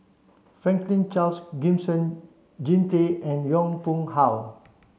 Franklin Charles Gimson Jean Tay and Yong Pung How